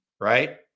right